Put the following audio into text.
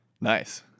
Nice